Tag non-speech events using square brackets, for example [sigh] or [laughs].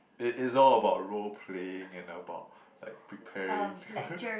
it it's all about role playing and about like preparing [laughs]